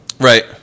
Right